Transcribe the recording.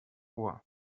ohr